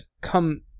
come